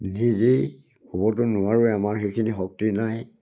নিজেই ক'বতো নোৱাৰোঁৱেই আমাৰ সেইখিনি শক্তি নাই